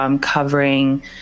covering